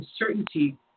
uncertainty